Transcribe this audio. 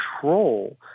control